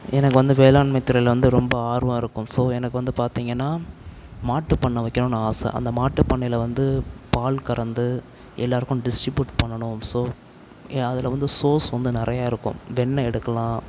எனக்கு வந்து வேளாண்மைத்துறையில் ரொம்ப ஆர்வம் இருக்கும் ஸோ எனக்கு வந்து பார்த்திங்கன்னா மாட்டுப் பண்ணை வைக்கணும்னு ஆசை அந்த மாட்டுப் பண்ணையில் வந்து பால் கறந்து எல்லோருக்கும் டிஸ்ட்ரிபியூட் பண்ணனும் ஸோ அதில் வந்து சோர்ஸ் வந்து நிறைய இருக்கும் வெண்ணைய் எடுக்கலாம்